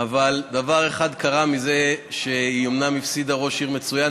אבל דבר אחד קרה מזה שהיא הפסידה ראש עיר מצוין,